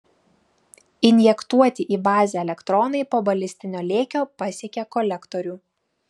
injektuoti į bazę elektronai po balistinio lėkio pasiekia kolektorių